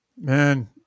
Man